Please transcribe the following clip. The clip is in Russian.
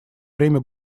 время